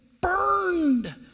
burned